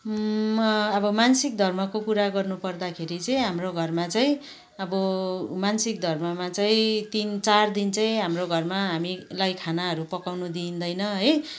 अबो मासिक धर्मको कुरा गर्नु पर्दाखेरि चाहिँ हाम्रो घरमा चाहिँ अब मासिक धर्ममा चाहिँ तिन चार दिन चाहिँ हाम्रो घरमा हामीलाई खानाहरू पकाउनु दिँइदैन है